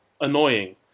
annoying